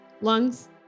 lungs